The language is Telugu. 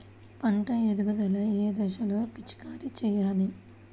పంట ఎదుగుదల ఏ దశలో పిచికారీ చేయాలి?